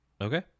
Okay